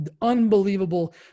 unbelievable